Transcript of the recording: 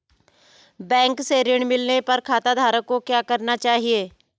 Bank से ऋण मिलने पर खाताधारक को क्या करना चाहिए?